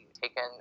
Taken